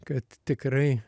kad tikrai